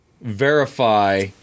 verify